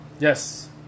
Yes